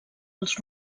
als